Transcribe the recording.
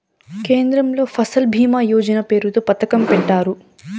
కేంద్రంలో ఫసల్ భీమా యోజన పేరుతో పథకం పెట్టారు